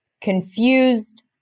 Confused